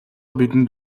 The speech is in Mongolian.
бидэнд